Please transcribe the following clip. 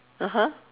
(uh huh)